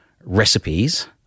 recipes